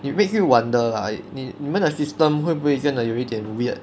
it makes me wonder lah 你你们的 system 会不会真的有一点 weird